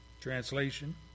Translation